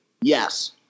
Yes